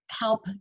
help